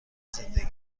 زندگی